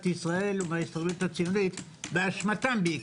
ישראל ומההסתדרות הציונות באשמתם בעיקר,